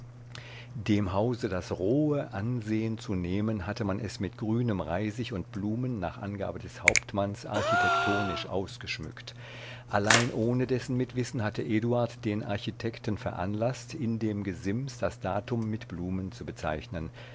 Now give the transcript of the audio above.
dem hause das rohe ansehn zu nehmen hatte man es mit grünem reisig und blumen nach angabe des hauptmanns architektonisch ausgeschmückt allein ohne dessen mitwissen hatte eduard den architekten veranlaßt in dem gesims das datum mit blumen zu bezeichnen